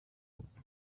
ati